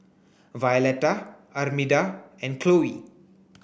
Violetta Armida and Chloe